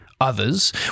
Others